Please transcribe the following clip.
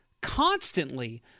constantly